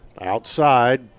Outside